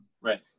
Right